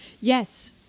Yes